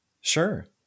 Sure